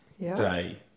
day